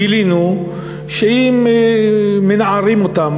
גילינו שאם מנערים אותם,